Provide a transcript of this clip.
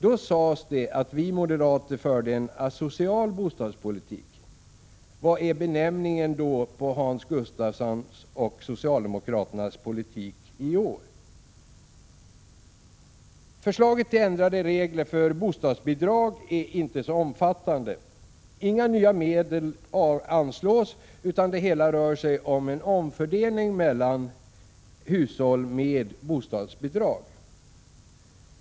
Då sades det att vi moderater förde en asocial bostadspolitik. Vad är benämningen på Hans Gustafssons och övriga socialdemokraters politik i år? Förslaget till ändrade regler för bostadsbidrag är inte så omfattande. Inga nya medel anslås, utan det hela rör sig om en omfördelning mellan hushåll med bostadsbidrag.